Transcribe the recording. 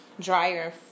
dryer